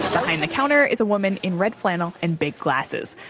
behind the counter is a woman in red flannel and big glasses.